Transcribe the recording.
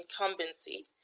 incumbency